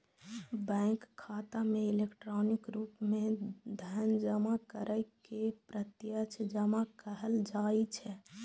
bank खाता मे electronic रूप मे धन जमा करै के प्रत्यक्ष जमा कहल जाइ छै